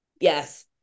yes